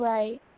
Right